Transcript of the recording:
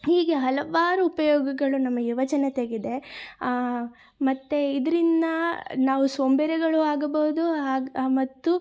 ಹೀಗೆ ಹಲವಾರು ಉಪಯೋಗಗಳು ನಮಗೆ ಯುವಜನತೆಗಿದೆ ಮತ್ತು ಇದರಿಂದ ನಾವು ಸೋಂಬೇರಿಗಳು ಆಗಬಹುದು ಹಾಗೆ ಮತ್ತು